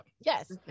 Yes